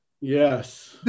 yes